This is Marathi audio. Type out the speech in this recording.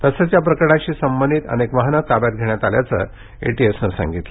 तसंच या प्रकरणाशी संबंधित अनेक वाहनं ताब्यात घेण्यात आल्याचं एटीएसनं सांगितलं